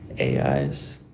AIs